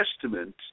Testament